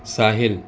ساحل